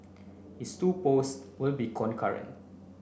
his two post will be concurrent